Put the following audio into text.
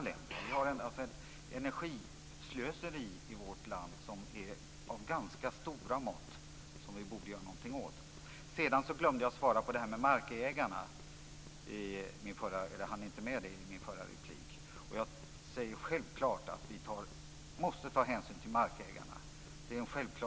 Vi har ett energislöseri i vårt land av stora mått som vi borde göra någonting åt. Jag hann inte svara på frågan om markägarna i min förra replik. Självklart måste vi ta hänsyn till markägarna.